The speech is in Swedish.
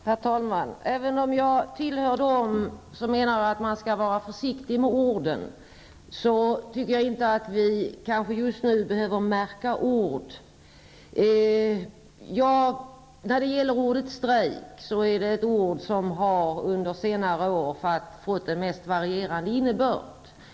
Herr talman! Även om jag tillhör dem som menar att man skall vara försiktig med orden tycker jag kanske inte att vi just nu behöver märka ord. Ordet strejk är ett ord som under senare år fått den mest varierande innebörd.